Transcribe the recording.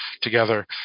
together